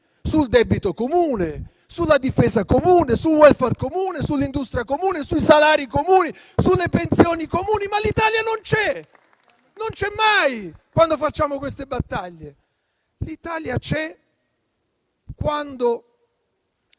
sul debito comune, sulla difesa comune, sul *welfare* comune, sull'industria comune, sui salari comuni, sulle pensioni comuni. Ma l'Italia non c'è, non c'è mai quando facciamo queste battaglie. L'Italia c'è quando,